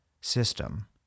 system